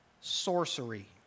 sorcery